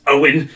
Owen